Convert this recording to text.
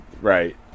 Right